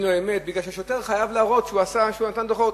לא-אמת כי שוטר חייב להראות שהוא נתן דוחות,